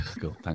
Cool